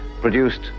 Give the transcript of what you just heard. produced